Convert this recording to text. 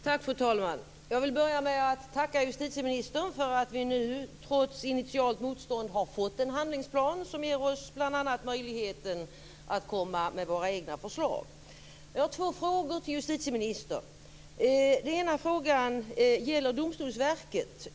Fru talman! Jag vill börja med att tacka justitieministern för att vi nu, trots initialt motstånd, har fått en handlingsplan, som ger oss bl.a. möjligheten att komma med våra egna förslag. Jag har två frågor till justitieministern. Den ena frågan gäller Domstolsverket.